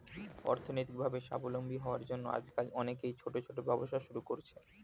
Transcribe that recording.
অর্থনৈতিকভাবে স্বাবলম্বী হওয়ার জন্য আজকাল অনেকেই ছোট ছোট ব্যবসা শুরু করছে